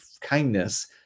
kindness